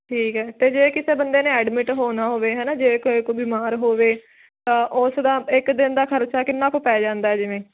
ਠੀਕ ਐ ਤੇ ਜੇ ਕਿਸੇ ਬੰਦੇ ਨੇ ਐਡਮਿਟ ਹੋਣਾ ਹੋਵੇ ਹੈਨਾ ਜੇ ਕੋਈ ਇੱਕ ਬਿਮਾਰ ਹੋਵੇ ਤਾਂ ਉਸ ਦਾ ਇੱਕ ਦਿਨ ਦਾ ਖਰਚਾ ਕਿੰਨਾ ਕ ਪੈ ਜਾਂਦਾ ਜਿਵੇਂ